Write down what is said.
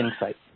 Insight